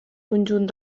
conjunt